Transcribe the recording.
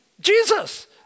Jesus